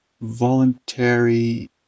voluntary